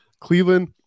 cleveland